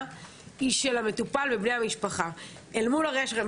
היא שלמטופל ובני המשפחה מול הראייה שלכם,